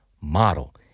model